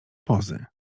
pozy